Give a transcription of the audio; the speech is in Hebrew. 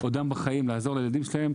בעודם בחיים לעזור לילדים שלהם.